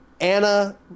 Anna